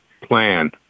plan